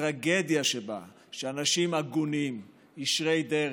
הטרגדיה שבה היא שאנשים הגונים, ישרי דרך,